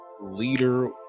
leader